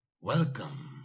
Welcome